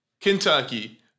Kentucky